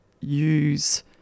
use